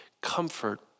comfort